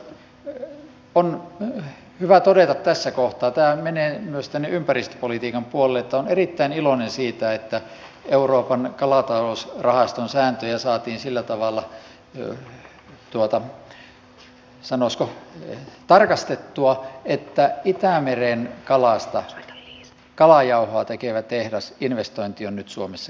itse asiassa on hyvä todeta tässä kohtaa tämä menee myös tänne ympäristöpolitiikan puolelle että olen erittäin iloinen siitä että euroopan kalatalousrahaston sääntöjä saatiin sillä tavalla sanoisiko tarkastettua että itämeren kalasta kalajauhoa tekevän tehtaan investointi on nyt suomessa käynnissä